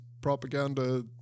propaganda